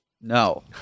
No